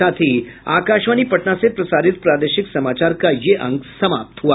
इसके साथ ही आकाशवाणी पटना से प्रसारित प्रादेशिक समाचार का ये अंक समाप्त हुआ